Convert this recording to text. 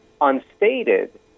unstated